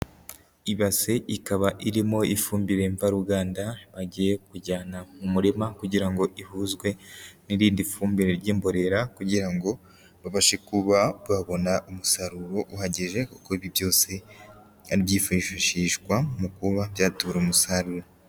Ibase ikaba irimo ifumbire mvaruganda bagiye kujyana mu murima kugira ngo ihuzwe n'irindi fumbire ry'imborera kugira ngo babashe kuba babona umusaruro uhagije, kuko ibi byose byifashishwa mu kuba byatubura umusaruro.